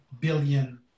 billion